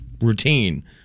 routine